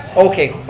okay,